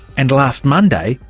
and last monday,